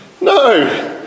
No